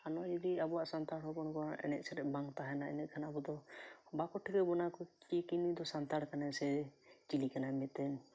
ᱟᱨ ᱱᱚᱣᱟ ᱡᱩᱫᱤ ᱟᱵᱚᱣᱟᱜ ᱥᱟᱱᱛᱟᱲ ᱦᱚᱲ ᱦᱚᱯᱚᱱ ᱠᱚᱣᱟ ᱮᱱᱮᱡ ᱥᱮᱨᱮᱧ ᱵᱟᱝ ᱛᱟᱦᱮᱱᱟ ᱤᱱᱟᱹᱠᱷᱟᱱ ᱟᱵᱚ ᱫᱚ ᱵᱟᱠᱚ ᱴᱷᱤᱠᱟᱹ ᱵᱚᱱᱟ ᱥᱮᱠᱤ ᱱᱩᱭ ᱫᱚ ᱥᱟᱱᱛᱟᱲ ᱠᱟᱱᱟᱭ ᱥᱮ ᱪᱤᱞᱤ ᱠᱟᱱᱟᱭ ᱢᱮᱛᱮ